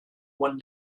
one